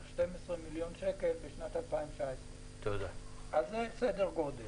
12 מיליוני שקלים בשנת 2019. זה סדר הגודל.